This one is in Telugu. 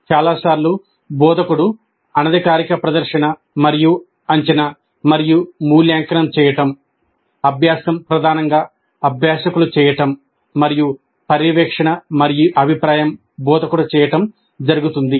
చాలాసార్లు బోధకుడు అనధికారిక ప్రదర్శన మరియు అంచనా మరియు మూల్యాంకనం చేయటం అభ్యాసం ప్రధానంగా అభ్యాసకులు చేయటం మరియు పర్యవేక్షణ మరియు అభిప్రాయం బోధకుడు చేయటం జరుగుతుంది